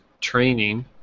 training